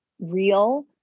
real